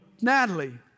Natalie